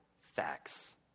facts